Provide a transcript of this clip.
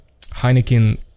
Heineken